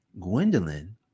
Gwendolyn